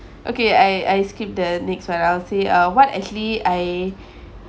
okay I I skip the next when I'll say uh what actually I